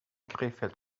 krefeld